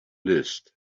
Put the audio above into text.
list